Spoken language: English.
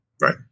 Right